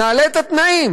נעלה את התנאים,